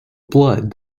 blood